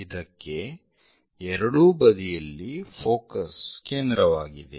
ಇದಕ್ಕೆ ಎರಡೂ ಬದಿಯಲ್ಲಿ ಫೋಕಸ್ ಕೇಂದ್ರವಾಗಿದೆ